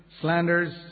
slanders